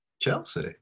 Chelsea